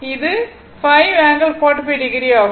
அது 5 ∠45o ஆகும்